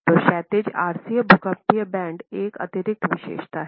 तो क्षैतिज RC भूकंपीय बैंड एक अतिरिक्त विशेषता है